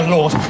Lord